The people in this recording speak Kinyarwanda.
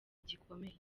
gikomeye